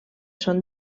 són